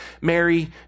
Mary